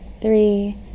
three